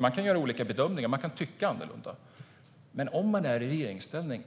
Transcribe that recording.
Man kan göra olika bedömningar och man kan tycka annorlunda, men om man är i regeringsställning